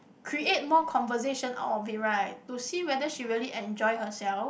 create more conversation out of it right to see whether she really enjoy herself